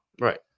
Right